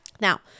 Now